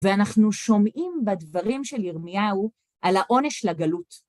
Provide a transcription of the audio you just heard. ואנחנו שומעים בדברים של ירמיהו על העונש לגלות.